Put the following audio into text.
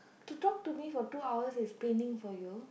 to talk to me for two hours is paining for you